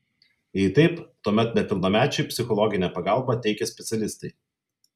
jei taip tuomet nepilnamečiui psichologinę pagalbą teikia specialistai